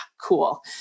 cool